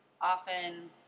often